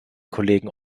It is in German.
kollegen